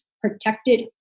protected